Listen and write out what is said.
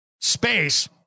space